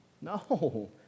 No